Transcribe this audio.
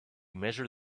measure